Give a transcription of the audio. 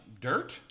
dirt